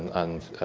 and